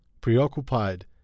preoccupied